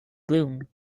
gloom